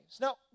Now